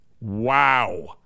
wow